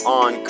on